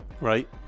right